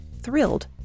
thrilled